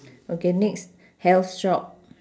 okay next health shop